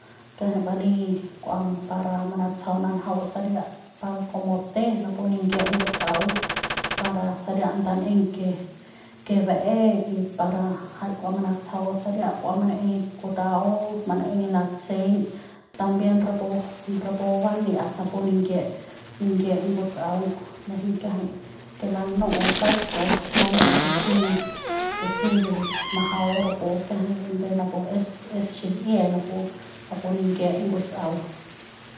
Kiajai balei kua para natsjau nanjau saria par komo te napu ningie ngutsaung para saria ndan'eiñ ke ke bae y para ngjai kua manatsjau saria kua manaei kutau manaeiñ natseiñ también rapu rapu bania'at napu ningie ningie nguts'aung nejeiñ kiajai ke lanu'u kauk lanu'u ke si ke si li majau rapu kiajai de napu es es xil'ie napu napu ningie nguts'aung.